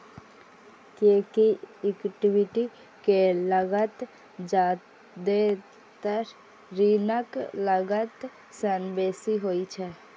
कियैकि इक्विटी के लागत जादेतर ऋणक लागत सं बेसी होइ छै